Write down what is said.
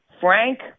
Frank